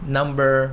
number